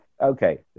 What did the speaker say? okay